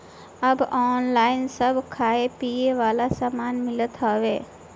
अब ऑनलाइन सब खाए पिए वाला सामान मिलत हवे